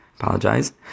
Apologize